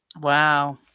wow